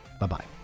Bye-bye